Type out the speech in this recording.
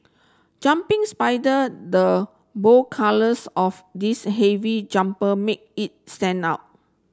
jumping spider the bold colours of this heavy jumper made it stand out